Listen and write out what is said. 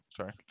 sorry